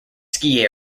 ski